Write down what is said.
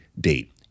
date